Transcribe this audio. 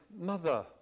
mother